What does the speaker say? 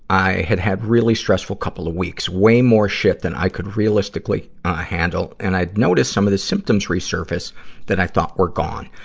i had had a really stressful couple of weeks. way more shit than i could realistically ah handle, and i noticed some of the symptoms resurfaced that i thought were gone.